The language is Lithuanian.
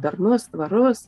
darnus tvarus